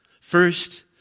First